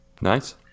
Nice